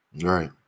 Right